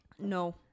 No